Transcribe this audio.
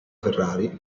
ferrari